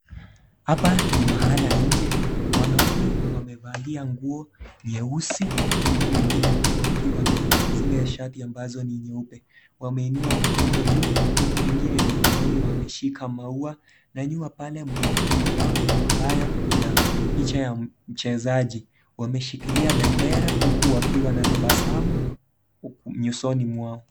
Hapa ni mahala nje, wanaume wamevalia nguo nyeusi huku, wengine pia wakiwa na zile shati ambazo ni nyeupe, wameinua mikono juu huku wengine mikononi wameshika maua na nyuma pale mnaonekana bango ambayo ina picha ya mchezaji, wameshikilia bendera huku wakiwa na tabasamu nyusoni mwao.